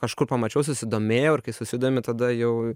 kažkur pamačiau susidomėjau ir kai susidomi tada jau